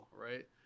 right